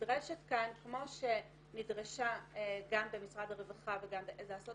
נדרשת כאן, כמו שנדרשה גם במשרד הרווחה, לעשות